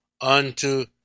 unto